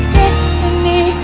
destiny